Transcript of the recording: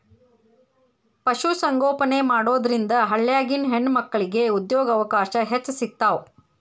ಪಶು ಸಂಗೋಪನೆ ಮಾಡೋದ್ರಿಂದ ಹಳ್ಳ್ಯಾಗಿನ ಹೆಣ್ಣಮಕ್ಕಳಿಗೆ ಉದ್ಯೋಗಾವಕಾಶ ಹೆಚ್ಚ್ ಸಿಗ್ತಾವ